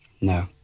no